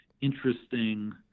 interesting